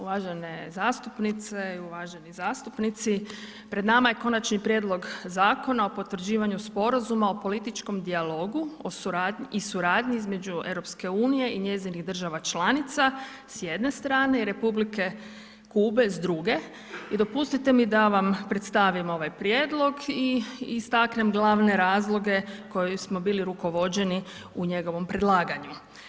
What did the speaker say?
Uvažene zastupnice i uvaženi zastupnici, pred nama je Konačni Prijedlog Zakona o potvrđivanju sporazuma o političkom dijalogu i suradnji između Europske unije i njenih država članica, s jedne strane i Republike Kube, s druge i dopustite mi da vam predstavim ovaj prijedlog i istaknem glavne razloge koje smo bili rukovođeni u njegovom predlaganju.